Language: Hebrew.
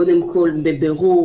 קודם כול בירור,